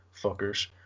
Fuckers